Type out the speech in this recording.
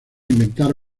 inventar